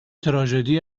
تراژدی